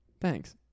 Thanks